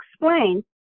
explain